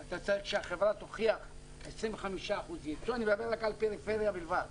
שהחברה תוכיח לפחות 25% ייצוא אני מדבר על פריפריה בלבד